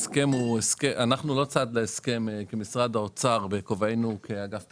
אנחנו לא צד להסכם כמשרד האוצר בכובענו כאגף תקציבים.